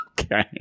okay